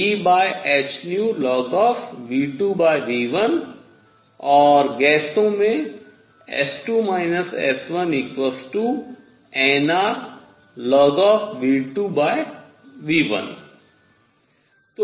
Ehνln V2V1 और गैसों में S2 S1nRln V2V1